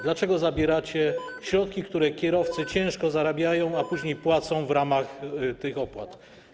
Dlaczego zabieracie środki, które kierowcy ciężko zarabiają, a później płacą w ramach tych opłat?